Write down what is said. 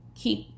Keep